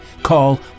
Call